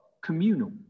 communal